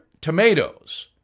tomatoes